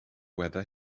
weather